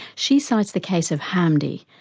she cites the case of hamdi,